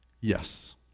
Yes